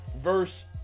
Verse